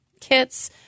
kits